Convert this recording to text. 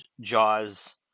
Jaws